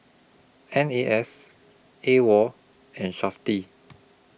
N A S AWOL and Safti